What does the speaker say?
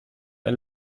ein